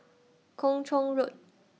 Kung Chong Road